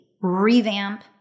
revamp